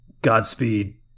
Godspeed